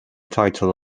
title